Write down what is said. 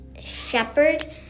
shepherd